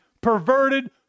perverted